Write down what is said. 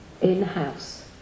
in-house